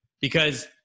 Because-